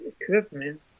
equipment